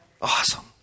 Awesome